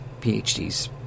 PhDs